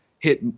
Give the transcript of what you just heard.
hit